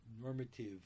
normative